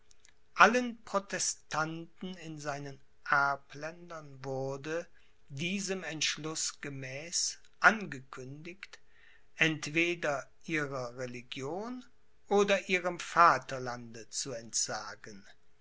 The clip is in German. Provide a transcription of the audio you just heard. allen protestanten in seinen erbländern wurde diesem entschluß gemäß angekündigt entweder ihrer religion oder ihrem vaterlande zu entsagen